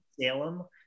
Salem